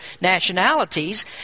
nationalities